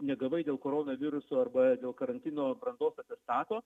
negavai dėl koronaviruso arba dėl karantino brandos atestato